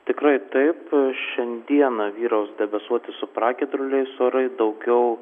tikrai taip šiandieną vyraus debesuoti su pragiedruliais orai daugiau